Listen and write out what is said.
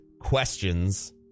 questions